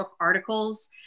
articles